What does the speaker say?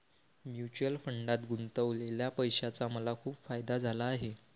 mutual फंडात गुंतवलेल्या पैशाचा मला खूप फायदा झाला आहे